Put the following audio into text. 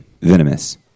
venomous